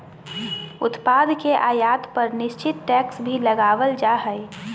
उत्पाद के आयात पर निश्चित टैक्स भी लगावल जा हय